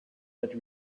that